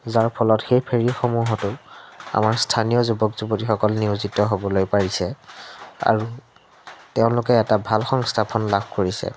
যাৰ ফলত সেই ফেৰিসমূহতো আমাৰ স্থানীয় যুৱক যুৱতীসকল নিয়োজিত হ'বলৈ পাৰিছে আৰু তেওঁলোকে এটা ভাল সংস্থাপন লাভ কৰিছে